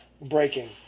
breaking